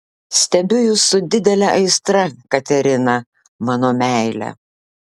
stebiu jus su didele aistra katerina mano meile